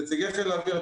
נציגי חיל האוויר,